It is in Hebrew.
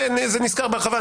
זה נסקר בהרחבה,